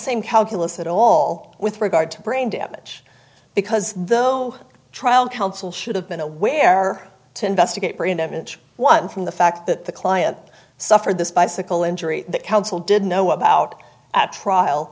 same calculus at all with regard to brain damage because though trial counsel should have been aware to investigate brain damage one from the fact that the client suffered this bicycle injury that council didn't know about at trial